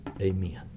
Amen